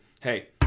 hey